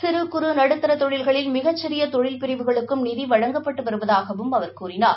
சிறு குறு நடுத்தர தொழில்களில் மிகச் சிறிய தொழில் பிரிவுகளுக்கும் நிதி வழங்கப்பட்டு வருவதாகவும் அவர் கூறினார்